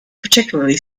particularly